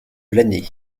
l’année